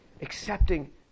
accepting